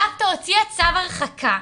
הסבתא הוציאה צו הרחקה,